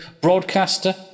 broadcaster